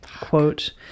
Quote